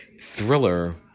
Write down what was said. thriller